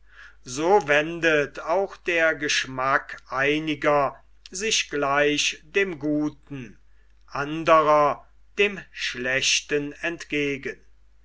so wendet auch der geschmack einiger sich gleich dem guten andrer dem schlechten entgegen